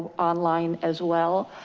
online as well.